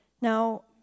Now